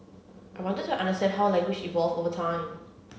I wanted to understand how language evolved over time